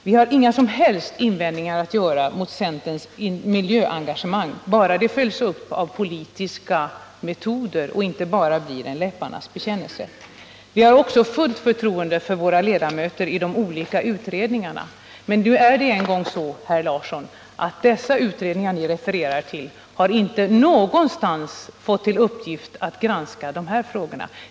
Vi har inga som helst invändningar mot centerns miljöengagemang, bara det följs upp av politisk handling och inte blir enbart en läpparnas bekännelse. Vi har också fullt förtroende för våra ledamöter i de olika utredningarna. Men de utredningar som Einar Larsson refererar till har inte fått till uppgift att granska dessa frågor.